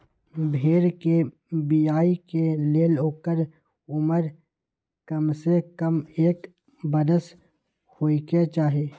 भेड़ कें बियाय के लेल ओकर उमर कमसे कम एक बरख होयके चाही